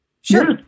Sure